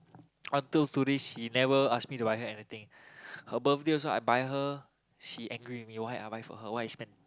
until today she never ask me to buy her anything her birthday also I buy her she angry with me why I buy for her why I spend